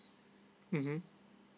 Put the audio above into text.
mmhmm